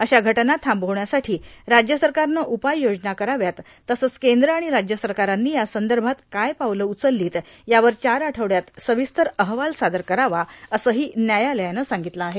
अशा घटना थांबवष्यासाठी राज्य सरकारनं उपाय योजना कराव्यात तसंच केंद्र आणि राज्य सरकारांनी या संदर्भात काय पावलं उचललीत यावर चार आठवड्यात सविस्तार अहवाल सादर करावा असेही न्यायालयानं सांगितलं आहे